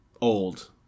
old